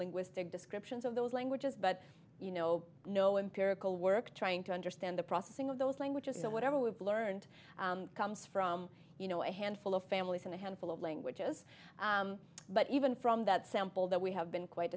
linguistic descriptions of those languages but you know no empirical work trying to understand the processing of those languages so whatever we've learned comes from you know a handful of families and a handful of languages but even from that sample that we have been quite